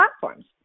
platforms